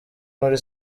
muri